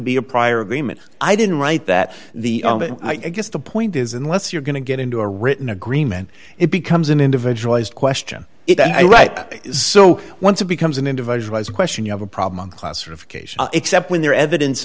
be a prior agreement i didn't write that the i guess the point is unless you're going to get into a written agreement it becomes an individualized question it and i write so once it becomes an individualized question you have a problem classification except when their evidence